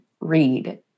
read